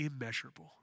immeasurable